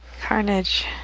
Carnage